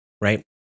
right